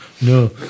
no